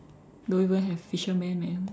don't even have fisherman man